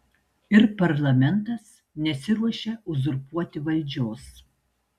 ir parlamentas nesiruošia uzurpuoti valdžios